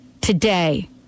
today